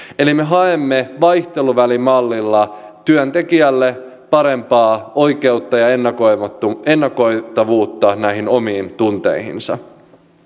me haemme vaihteluvälimallilla työntekijälle parempaa oikeutta ja ennakoitavuutta näihin omiin tunteihinsa